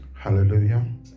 hallelujah